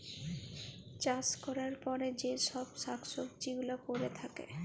চাষ ক্যরার পরে যে চ্ছব শাক সবজি গুলা পরে থাক্যে